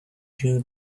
jew